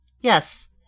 Yes